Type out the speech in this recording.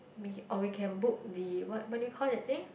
we or we can book the what what do you call that thing